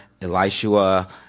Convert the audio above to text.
Elishua